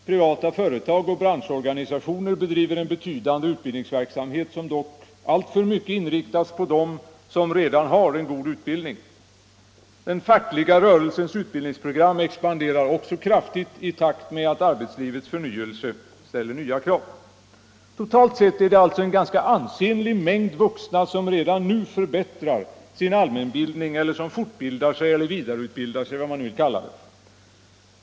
Privata företag och branschorganisationer bedriver en betydande utbildningsverksamhet, 81 som dock alltför mycket inriktas på dem som redan har god utbildning. Den fackliga rörelsens utbildningsprogram expanderar också kraftigt i takt med att arbetslivets förnyelse ställer nya krav. Totalt sett är det alltså en ganska ansenlig mängd vuxna som redan nu förbättrar sin allmänbildning — fortbildar sig eller vidareutbildar sig eller vad man vill kalla det.